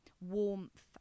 warmth